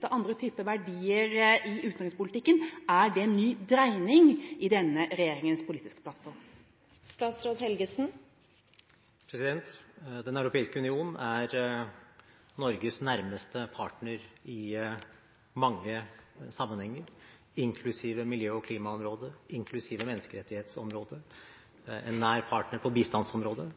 til andre typer verdier i utenrikspolitikken – betyr en ny dreining i denne regjeringens politiske plattform? Den europeiske union er Norges nærmeste partner i mange sammenhenger, inklusiv miljø- og klimaområdet og menneskerettighetsområdet, og en nær partner på bistandsområdet.